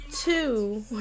Two